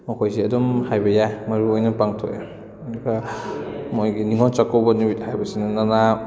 ꯃꯈꯣꯏꯁꯦ ꯑꯗꯨꯝ ꯍꯥꯏꯕ ꯌꯥꯏ ꯃꯔꯨ ꯑꯣꯏꯅ ꯄꯥꯡꯊꯣꯛꯑꯦ ꯑꯗꯨꯒ ꯃꯣꯏꯒꯤ ꯅꯤꯡꯉꯣꯜ ꯆꯥꯛꯀꯧꯕ ꯅꯨꯃꯤꯠ ꯍꯥꯏꯕꯁꯤꯅ